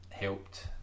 Helped